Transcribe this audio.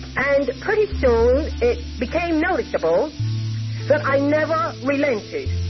and pretty soon, it became noticeable that i never relented.